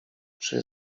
czy